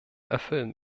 erfüllen